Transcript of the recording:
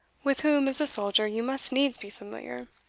with whom, as a soldier, you must needs be familiar